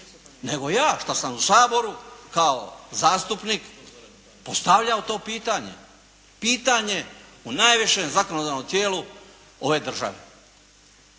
nego ja šta sam u Saboru kao zastupnik postavljao to pitanje, pitanje u najvišem zakonodavnom tijelu ove države.